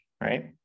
right